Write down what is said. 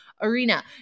Arena